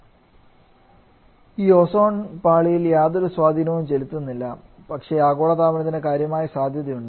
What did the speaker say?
ഇത് ഓസോൺ പാളിയിൽ യാതൊരു സ്വാധീനവും ചെലുത്തുന്നില്ല പക്ഷേ ആഗോളതാപനത്തിന് കാര്യമായ സാധ്യതയുണ്ട്